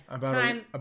Time